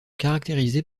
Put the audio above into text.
caractérisés